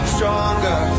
Stronger